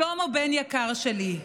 שלמה, בן יקר שלי,